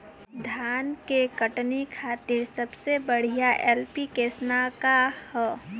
धान के कटनी खातिर सबसे बढ़िया ऐप्लिकेशनका ह?